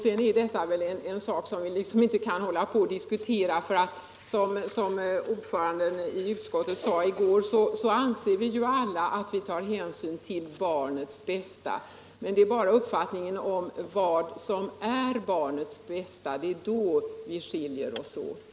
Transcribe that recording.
Sedan tycker jag inte att vi längre bör diskutera på detta sätt, för som utskottets ordförande i går sade vill vi alla ta hänsyn till barnens bästa. Det är bara i uppfattningen om vad som är barnens bästa som vi skiljer oss åt.